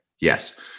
Yes